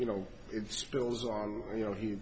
you know if spills on you know he